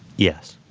yes.